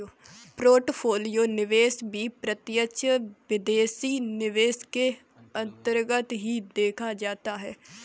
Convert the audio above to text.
portfolio निवेश भी प्रत्यक्ष विदेशी निवेश के अन्तर्गत ही देखा जाता है